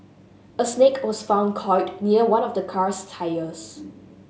a snake was found coiled near one of the car's tyres